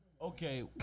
Okay